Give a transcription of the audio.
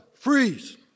Freeze